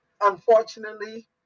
Unfortunately